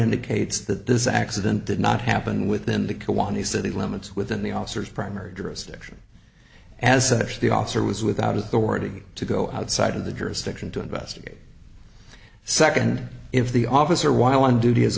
indicates that this accident did not happen within the co one the city limits within the officer's primary jurisdiction as such the officer was without authority to go outside of the jurisdiction to investigate second if the officer while on duty as